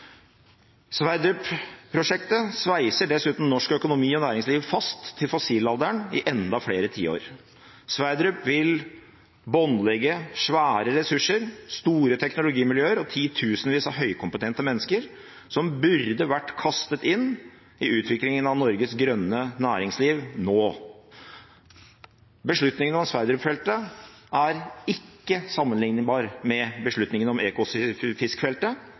Sverdrup-prosjektet sveiser dessuten norsk økonomi og norsk næringsliv fast til fossilalderen i enda flere tiår. Sverdrup vil båndlegge svære ressurser, store teknologimiljøer og titusenvis av høykompetente mennesker som burde vært kastet inn i utviklingen av Norges grønne næringsliv nå. Beslutningen om Sverdrup-feltet er ikke sammenlignbar med beslutningen om Ekofiskfeltet.